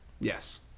Yes